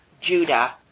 Judah